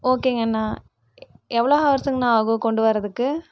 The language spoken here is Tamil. ஓகேங்கண்ணா எவ்வளோ ஹவர்ஸுங்கண்ணா ஆகும் கொண்டு வரதுக்கு